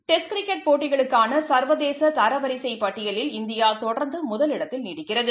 test cricket போட்டிகளுக்கானசா்வதேசதரவரிசைப் பட்டியலில் இந்தியாதொடர்ந்துமுதலிடத்தில் நீடிக்கிறது